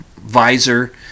visor